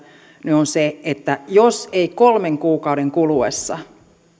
on se että jos ei kolmen kuukauden kuluessa